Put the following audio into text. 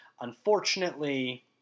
Unfortunately